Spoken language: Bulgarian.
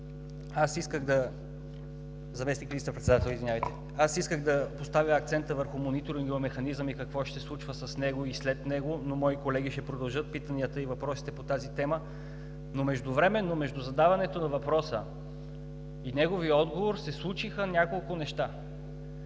исках да поставя акцента върху Мониторинговия механизъм и какво ще се случва с него и след него, но мои колеги ще продължат питанията и въпросите по тази тема. Междувременно между задаването на въпроса и неговия отговор се случиха няколко неща.